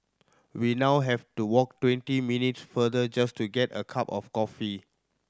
we now have to walk twenty minutes farther just to get a cup of coffee